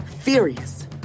furious